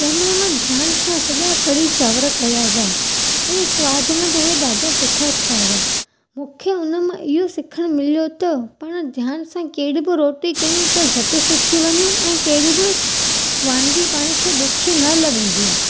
तंहिं महिल मां ध्यान सां सॼा कढ़ी चांवर कयां हुआ वरी सवाद में बि उहा ॾाढा सुठा थिया हुआ मूंखे उनमां इहो सिखणु मिलियो त पाण ध्यान सां कहिड़ो बि रोटी कयूं त झटि सिखी वञूं ऐं कहिड़ी बि वानगी पाण खे ॾुखी न लॻंदी आहे